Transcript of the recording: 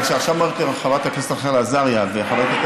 עכשיו אומרות לי חברת הכנסת רחל עזריה וחברת הכנסת